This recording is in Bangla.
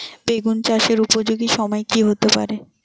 বেগুন চাষের উপযোগী সময় কি হতে পারে?